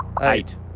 Eight